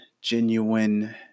Genuine